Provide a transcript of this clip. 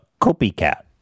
Copycat